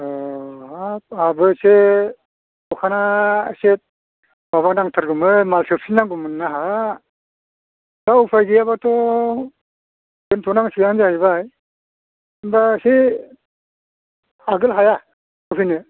अ' हाब आहाबो एसे दखाना एसे माबा नांथारगोैमोन माल सोफिन नांगौमोन आंहा दा उफाय गैयाबाथ' दोनथ' नांसिगोन जाहैबाय होनबा एसे आगोल हाया होफैनो